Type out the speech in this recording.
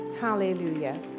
Hallelujah